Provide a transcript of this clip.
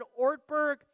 Ortberg